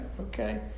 okay